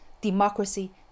democracy